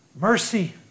mercy